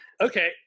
Okay